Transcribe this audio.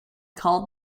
called